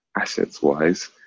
assets-wise